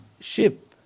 ship